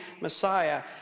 Messiah